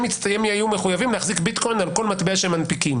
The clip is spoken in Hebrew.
הם יהיו מחויבים להחזיק ביטקוין על כל מטבע שמנפיקים.